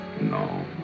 No